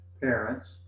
parents